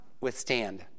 withstand